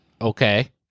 Okay